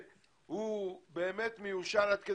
הוא שנה וחצי